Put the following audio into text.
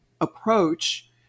approach